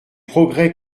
progrès